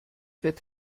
wird